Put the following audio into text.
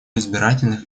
избирательных